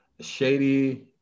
shady